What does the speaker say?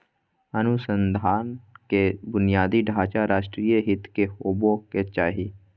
अनुसंधान के बुनियादी ढांचा राष्ट्रीय हित के होबो के चाही